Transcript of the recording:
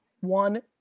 One